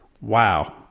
Wow